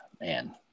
Man